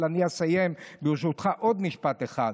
אבל אני אסיים, ברשותך, עוד משפט אחד.